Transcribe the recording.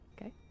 okay